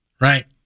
Right